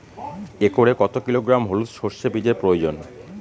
একরে কত কিলোগ্রাম হলুদ সরষে বীজের প্রয়োজন?